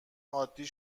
عادی